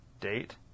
date